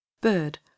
bird